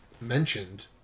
mentioned